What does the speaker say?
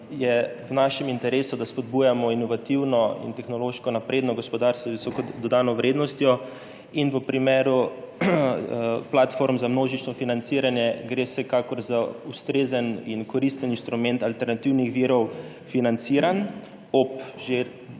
je v našem interesu, da spodbujamo inovativno in tehnološko napredno gospodarstvo z visoko dodano vrednostjo. V primeru platform za množično financiranje gre vsekakor za ustrezen in koristen inštrument alternativnih virov financiranj ob